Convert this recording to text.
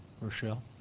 Rochelle